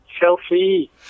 Chelsea